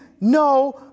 no